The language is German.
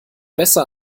besser